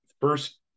First